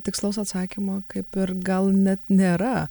tikslaus atsakymo kaip ir gal net nėra